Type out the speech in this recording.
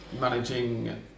managing